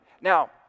Now